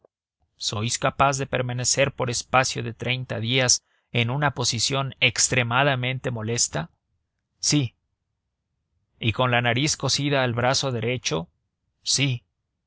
sois capaz de permanecer por espacio de treinta días en una posición extremadamente molesta sí con la nariz cosida al brazo derecho sí